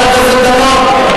חבר הכנסת דנון.